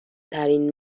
ترین